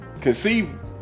conceive